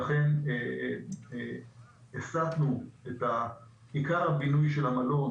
ולכן הסטנו את עיקר הבינוי של המלון